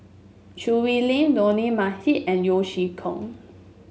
Choo Hwee Lim Dollah Majid and Yeo Chee Kiong